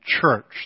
church